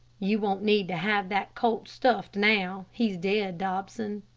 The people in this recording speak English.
you won't need to have that colt stuffed now he's dead, dobson.